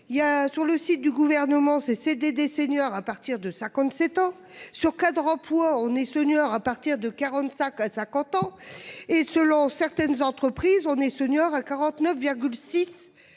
sur le site du gouvernement ces CDD seniors à partir de ça qu'on ne s'étend sur 4 Cadremploi on est senior à partir de 45 à 50 ans et selon certaines entreprises on est senior à 49,6.